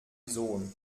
sohn